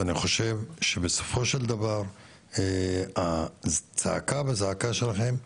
אני חושב שבסופו של דבר שהצעקה והזעקה שלכם,